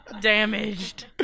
Damaged